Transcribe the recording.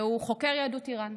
והוא חוקר יהדות איראן.